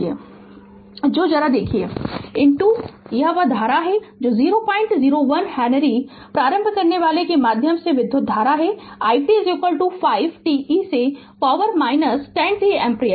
Refer Slide Time 2145 तो जरा देखिए यह वह धारा है जो 001 हेनरी प्रारंभ करनेवाला के माध्यम से विधुत धारा है i t 5 t e से पॉवर 10 t एम्पीयर